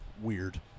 weird